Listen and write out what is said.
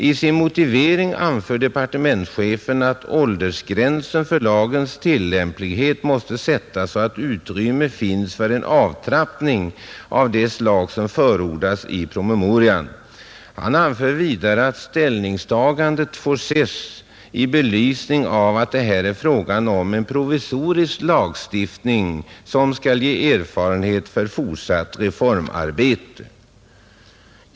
I' sin motivering anför departementschefen att åldersgränsen för lagens tillämplighet måste sättas så att utrymme finns för en avtrappning av det slag som förordas i promemorian, Han anför vidare att ställningstagandet får ses i belysning av att det här är fråga om en provisorisk lagstiftning som skall ge erfarenhet för fortsatt reformarbete.